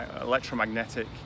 electromagnetic